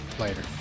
Later